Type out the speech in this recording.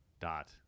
Dot